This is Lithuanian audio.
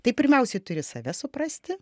tai pirmiausiai turi save suprasti